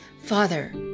Father